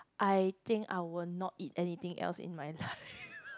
I think I will not eat anything else in my life